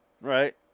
right